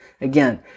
again